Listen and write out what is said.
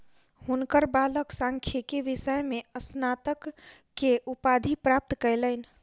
हुनकर बालक सांख्यिकी विषय में स्नातक के उपाधि प्राप्त कयलैन